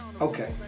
Okay